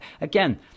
Again